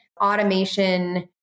automation